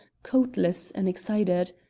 coatless and excited.